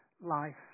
life